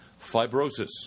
fibrosis